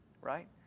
right